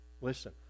listen